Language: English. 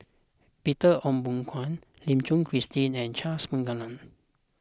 Peter Ong Boon Kwee Lim Suchen Christine and Charles Paglar